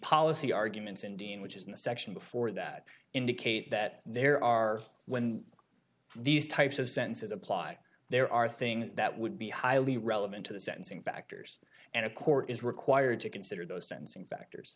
policy arguments and dean which is in the section before that indicate that there are when these types of sentences apply there are things that would be highly relevant to the sentencing factors and a court is required to consider those sensing factors